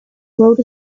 wrote